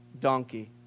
donkey